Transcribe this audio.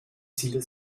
ziel